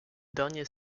dernier